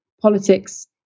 politics